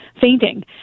fainting